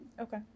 Okay